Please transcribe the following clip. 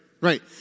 right